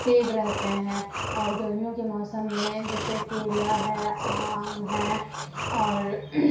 سیب رہتے ہیں اور گرمیوں کے موسم میں جیسے کیلا ہے آم ہیں اور